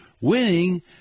Winning